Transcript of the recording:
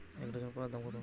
এক ডজন কলার দাম কত?